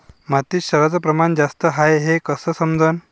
मातीत क्षाराचं प्रमान जास्त हाये हे कस समजन?